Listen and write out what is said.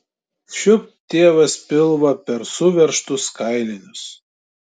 šiupt tėvas pilvą per suveržtus kailinius